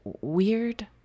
Weird